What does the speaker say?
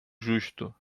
justo